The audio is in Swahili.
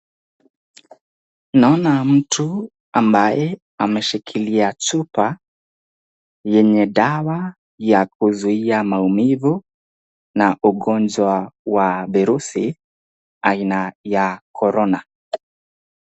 Naona mtu ambaye ameshikilia chupa yenye dawa ya kuzuia maumivu na ugonjwa wa virusi aina ya corona.